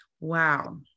wow